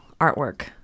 artwork